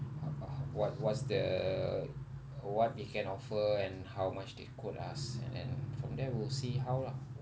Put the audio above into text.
about what what's the what they can offer and how much they quote us and then from there we will see how lah